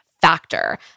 Factor